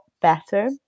better